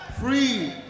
free